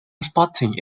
spotting